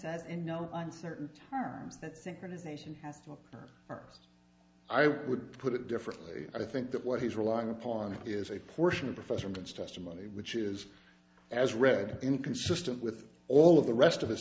said in no uncertain terms that synchronization has to ours i would put it differently i think that what he's relying upon is a portion of professor gates testimony which is as read inconsistent with all of the rest of his